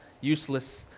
useless